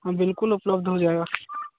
हाँ बिल्कुल उपलब्ध हो जाएगा